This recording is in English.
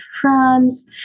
France